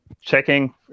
checking